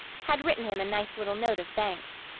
had written him a nice little note of thanks.